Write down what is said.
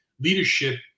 leadership